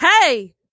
Hey